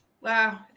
Wow